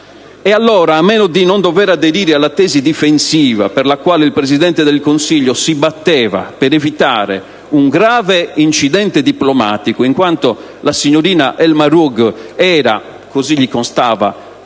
Allora, a meno di non dover aderire alla tesi difensiva per la quale il Presidente del Consiglio si batteva per evitare un grave incidente diplomatico in quanto la signorina El Mahroug era - così gli constava